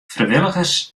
frijwilligers